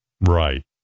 Right